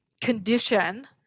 condition